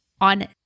on